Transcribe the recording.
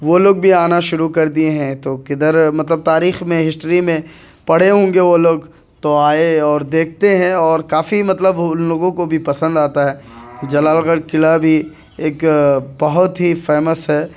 وہ لوگ بھی آنا شروع کر دیے ہیں تو کدھر مطلب تاریخ میں ہسٹری میں پڑھے ہوں گے وہ لوگ تو آئے اور دیکھتے ہیں اور کافی مطلب ان لوگوں کو بھی پسند آتا ہے جلال گڑھ قلعہ بھی ایک بہت ہی فیمس ہے